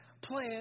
plan